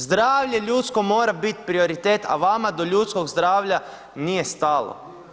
Zdravlje ljudsko mora biti prioritet, a vama do ljudskog zdravlja nije stalo.